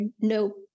no